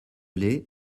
lait